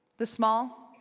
the small,